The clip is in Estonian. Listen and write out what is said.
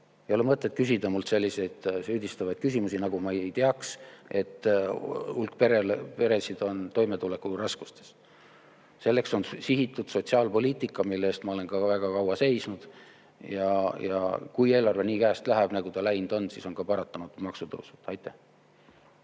Ei ole mõtet küsida mult selliseid süüdistavaid küsimusi, nagu ma ei teaks, et hulk peresid on toimetulekuraskustes. Selle [leevendamiseks] on sihitud sotsiaalpoliitika, mille eest ma olen ka väga kaua seisnud. Aga kui eelarve nii käest läheb, nagu ta läinud on, siis on ka paratamatult maksutõusud.